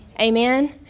amen